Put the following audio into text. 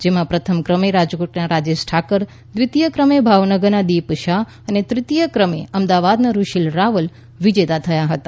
જેમાં પ્રથમ કમે રાજકોટના રાજેશ ઠાકર દ્વિતીય ક્રમે ભાવનગરના દીપ શાહ અને તૃતીય ક્રમે અમદાવાદના ઋષિલ રાવલ વિજેતા થયા હતા